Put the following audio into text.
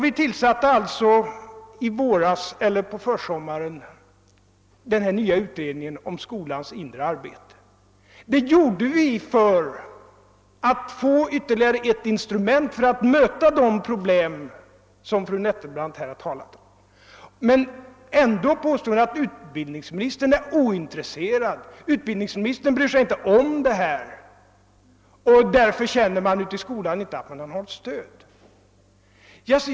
Vi tillsatte alltså på försommaren den nya utredningen om skolans inre arbete. Det gjorde vi för att få ytterligare ett instrument för att möta de problem som fru Nettelbrandt har talat om. Men ändå påstår hon att utbildningsministern är ointresserad och inte bryr sig om detta, och hon säger att därför känner man i skolan inte att man har något stöd.